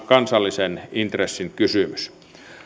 kansallisen intressin kysymys